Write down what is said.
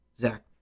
Zach